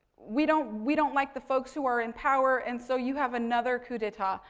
we don't we don't like the folks who are in power. and so, you have another coup d'etat,